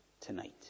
tonight